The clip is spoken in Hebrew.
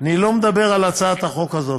אני לא מדבר על הצעת החוק הזו.